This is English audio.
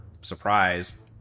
surprise